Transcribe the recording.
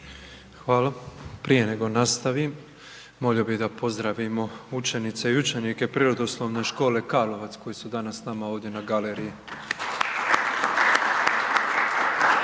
Hvala. Prije nego nastavim, molio bih da pozdravimo učenice i učenike Prirodoslovne škole Karlovac, koji su danas s nama ovdje na galeriji.